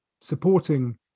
supporting